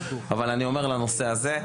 לנושא הזה,